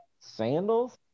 sandals